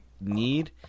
need